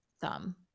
thumb